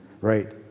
right